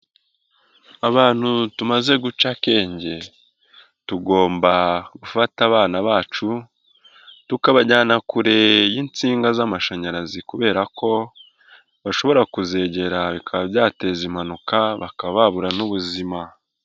Abantu tumaze guca akenge tugomba gufata abana bacu tukabajyana kure y'insinga z'amashanyarazi kubera ko bashobora kuzegera bikaba byateza impanuka bakaba babura n'ubuzima.